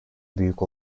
büyük